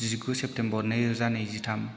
जिगु सेप्तेम्बर नैरोजा नैजिथाम